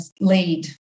lead